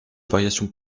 variations